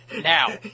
now